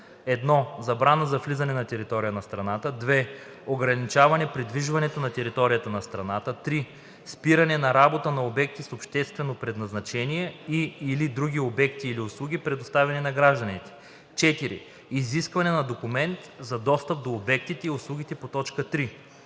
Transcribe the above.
1. забрана за влизане на територията на страната; 2. ограничаване придвижването на територията на страната; 3. спиране работа на обекти с обществено предназначение и/или други обекти или услуги, предоставяни на гражданите; 4. изискване на документ за достъп до обектите и услугите по т. 3.“